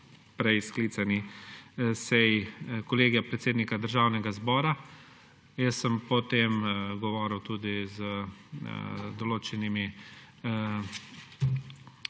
prej sklicani seji Kolegija predsednika Državnega zbora. Jaz sem potem govoril tudi z določenimi